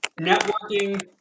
networking